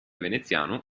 veneziano